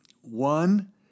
one